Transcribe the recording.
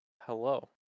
Hello